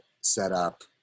setup